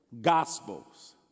Gospels